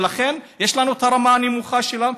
ולכן יש לנו את הרמה הנמוכה שלו.